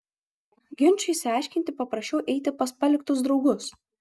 ginčui išsiaiškinti paprašiau eiti pas paliktus draugus